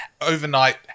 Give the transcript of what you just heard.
overnight